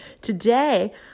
Today